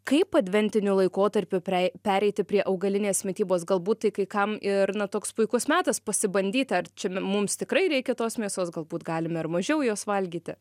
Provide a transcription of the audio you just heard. kaip adventiniu laikotarpiu prei pereiti prie augalinės mitybos galbūt tai kai kam ir na toks puikus metas pasibandyti ar čia mums tikrai reikia tos mėsos galbūt galime ir mažiau jos valgyti